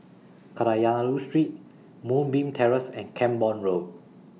Kadayanallur Street Moonbeam Terrace and Camborne Road